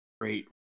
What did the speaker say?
great